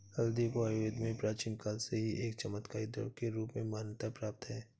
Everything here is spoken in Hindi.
हल्दी को आयुर्वेद में प्राचीन काल से ही एक चमत्कारिक द्रव्य के रूप में मान्यता प्राप्त है